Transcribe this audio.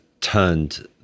turned